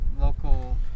local